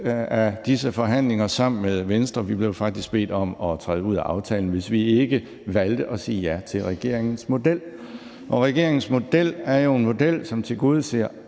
af disse forhandlinger sammen med Venstre – vi blev faktisk bedt om at træde ud af aftalen, hvis vi ikke valgte at sige ja til regeringens model. Og regeringens model er jo en model, som tilgodeser